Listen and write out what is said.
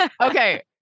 Okay